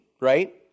right